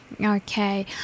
Okay